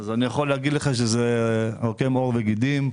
אני יכול להגיד לך שזה קורם עור וגידים.